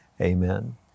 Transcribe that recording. amen